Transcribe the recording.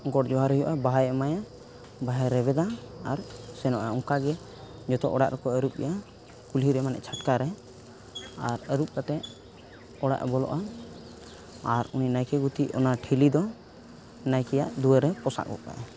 ᱜᱚᱰᱼᱡᱚᱦᱟᱨ ᱦᱩᱭᱩᱜᱼᱟ ᱵᱟᱦᱟᱭ ᱮᱢᱟᱭᱟ ᱵᱟᱦᱟᱭ ᱨᱮᱵᱮᱫᱟ ᱟᱨ ᱥᱮᱱᱚᱜᱼᱟᱭ ᱚᱱᱠᱟᱜᱮ ᱡᱚᱛᱚ ᱚᱲᱟᱜ ᱨᱮᱠᱚ ᱟᱹᱨᱩᱵᱮᱭᱟ ᱠᱩᱞᱦᱤᱨᱮ ᱢᱟᱱᱮ ᱪᱷᱟᱴᱠᱟᱨᱮ ᱟᱨ ᱟᱹᱨᱩᱵ ᱠᱟᱛᱮᱫ ᱚᱲᱟᱜ ᱮ ᱵᱚᱞᱚᱜᱼᱟ ᱟᱨ ᱩᱱᱤ ᱱᱟᱭᱠᱮ ᱜᱩᱛᱤ ᱚᱱᱟ ᱴᱷᱤᱞᱤᱫᱚ ᱱᱟᱭᱠᱮᱭᱟᱜ ᱫᱩᱣᱟᱹᱨ ᱨᱮᱭ ᱯᱚᱥᱟᱜᱼᱜᱚᱫ ᱠᱟᱜᱼᱟ